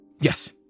yes